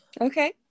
Okay